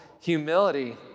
humility